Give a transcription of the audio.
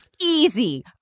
easy